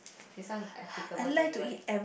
this one applicable to you right